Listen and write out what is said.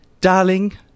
darling